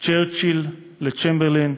צ'רצ'יל לצ'מברליין,